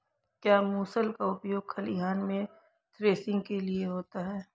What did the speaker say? क्या मूसल का उपयोग खलिहान में थ्रेसिंग के लिए होता है?